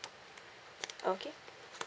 okay